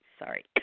Sorry